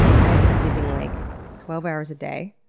i have been sleeping like twelve hours a day,